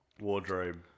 wardrobe